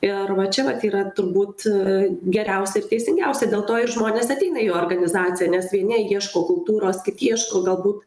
ir va čia vat yra turbūt geriausia ir teisingiausia dėl to ir žmonės ateina į organizaciją nes vieni ieško kultūros kiti ieško galbūt